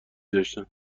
داشتن